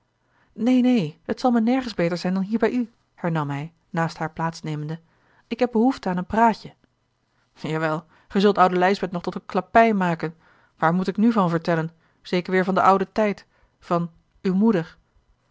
neen neen het zal mij nergens beter zijn dan hier bij u hernam hij naast haar plaats nemende ik heb behoefte aan een praatje jawel gij zult oude lijsbeth nog tot eene klappei maken waar moet ik nu van vertellen zeker weêr van den ouden tijd van uwe moeder